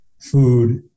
food